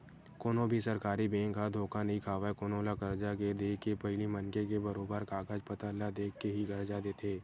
कोनो भी सरकारी बेंक ह धोखा नइ खावय कोनो ल करजा के देके पहिली मनखे के बरोबर कागज पतर ल देख के ही करजा देथे